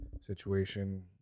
situation